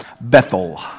Bethel